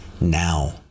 now